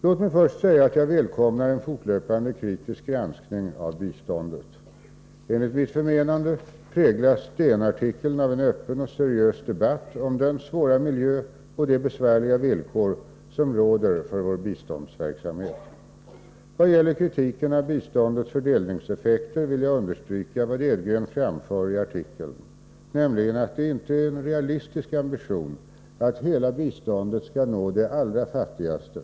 Låt mig först säga att jag välkomnar en fortlöpande kritisk granskning av biståndet. Enligt mitt förmenande präglas DN-artikeln av en öppen och seriös debatt om den svåra miljö och de besvärliga villkor som råder för vår biståndsverksamhet. I vad gäller kritiken av biståndets fördelningseffekter vill jag understryka vad Edgren framför i artikeln, nämligen att det inte är en realistisk ambition att hela biståndet skall nå de allra fattigaste.